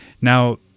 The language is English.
Now